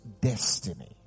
destiny